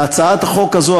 להצעת החוק הזאת,